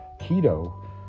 keto